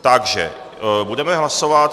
Takže budeme hlasovat.